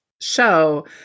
show